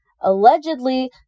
Allegedly